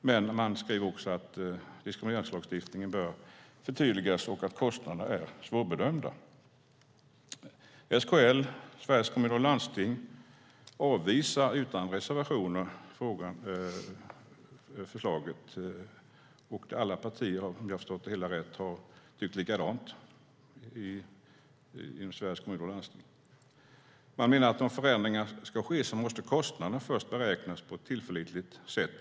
Man skriver också att diskrimineringslagstiftningen bör förtydligas och att kostnaderna är svårbedömda. SKL avvisar utan reservationer förslaget, och alla partier inom Sveriges Kommuner och Landsting har, om jag har förstått det hela rätt, tyckt likadant. Man menar att om förändringar ska ske så måste kostnaderna först beräknas på ett tillförlitligt sätt.